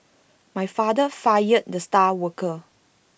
my father fired the star worker